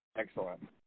Excellent